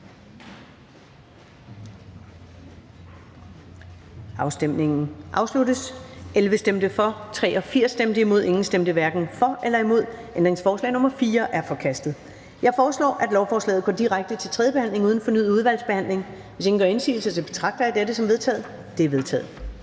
stemte 70 (S, DF, SF, RV, EL, KF, NB, KD og UFG), hverken for eller imod stemte 0. Ændringsforslag nr. 1 er forkastet. Jeg foreslår, at lovforslaget går direkte til tredje behandling uden fornyet udvalgsbehandling. Hvis ingen gør indsigelse, betragter jeg dette som vedtaget. Det er vedtaget.